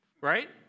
right